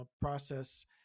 process